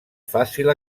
fàcil